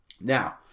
Now